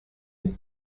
his